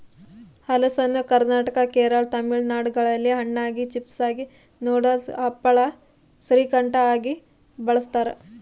ಹಲಸನ್ನು ಕರ್ನಾಟಕ ಕೇರಳ ತಮಿಳುನಾಡುಗಳಲ್ಲಿ ಹಣ್ಣಾಗಿ, ಚಿಪ್ಸಾಗಿ, ನೂಡಲ್ಸ್, ಹಪ್ಪಳ, ಶ್ರೀಕಂಠ ಆಗಿ ಬಳಸ್ತಾರ